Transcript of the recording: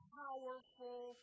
powerful